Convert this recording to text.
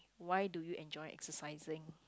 why do you enjoy exercising